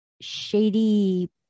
shady